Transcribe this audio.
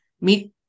meet